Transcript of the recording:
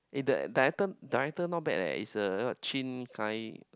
eh that director director not bad eh it's a Chin-Kai